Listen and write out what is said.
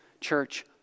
church